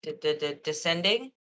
descending